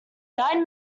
nine